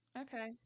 okay